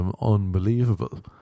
unbelievable